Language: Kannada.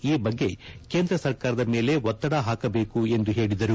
ಈ ಬಗ್ಗೆ ಕೇಂದ್ರ ಸರ್ಕಾರದ ಮೇಲೆ ಒತ್ತದ ಹಾಕಬೇಕೆಂದು ಹೇಳಿದರು